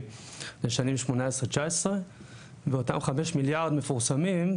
לשנים 2018-2019 ואותם 5 מיליארד מפורסמים,